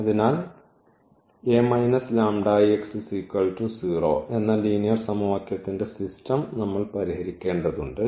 അതിനാൽ ലീനിയർ സമവാക്യത്തിന്റെ സിസ്റ്റം നമ്മൾ പരിഹരിക്കേണ്ടതുണ്ട്